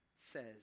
says